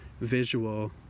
visual